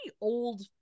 old